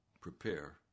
prepare